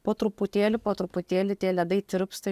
po truputėlį po truputėlį tie ledai tirpsta